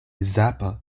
zappa